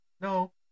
No